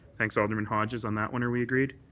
thanks, alderman hodges. on that one are we agreed?